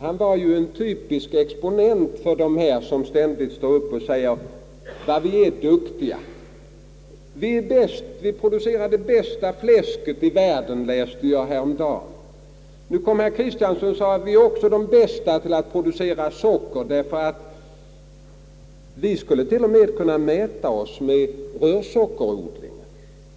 Han är en typisk exponent för dem som ständigt står upp och säger: Vad vi är duktiga! Vi producerar det bästa fläsket i världen, läste jag häromdagen. Nu kom herr Kristiansson och sade att vi är också de bästa att producera socker. Vi skulle kunna mäta oss med de rörsockerodlande länderna — ja,